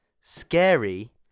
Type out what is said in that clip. scary